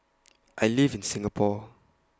I live in Singapore